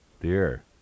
Dear